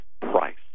price